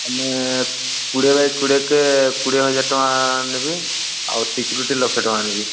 ଆମେ କେଡ଼ିଏ ବାଇ କୋଡ଼ିଏ କେ କୋଡ଼ିଏ ହଜାର ଟଙ୍କା ନେବି ଆଉ ସିକୁରିଟି ଲକ୍ଷ ଟଙ୍କା ନେବି